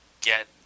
get